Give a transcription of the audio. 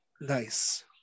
Nice